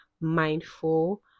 mindful